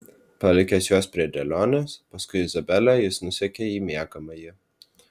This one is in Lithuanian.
palikęs juos prie dėlionės paskui izabelę jis nusekė į miegamąjį